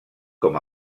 com